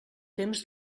temps